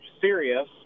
serious